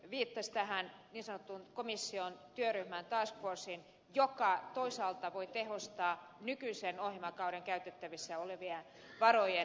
pääministeri viittasi tähän niin sanottuun komission työryhmään task forceen joka toisaalta voi tehostaa nykyisen ohjelmakauden käytettävissä olevien varojen toimeenpanoa